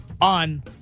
on